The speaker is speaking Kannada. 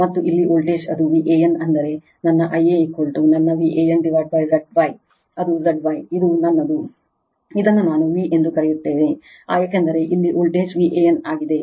ಮತ್ತು ಇಲ್ಲಿ ವೋಲ್ಟೇಜ್ ಅದು VAN ಅಂದರೆ ನನ್ನ Ia ನನ್ನ Van Z Y ಇದು ZY ಇದು ನನ್ನದು ಇದನ್ನು ನಾವು V ಎಂದು ಕರೆಯುತ್ತೇವೆ ಏಕೆಂದರೆ ಇಲ್ಲಿ ವೋಲ್ಟೇಜ್ V AN ಆಗಿದೆ